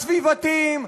הסביבתיים,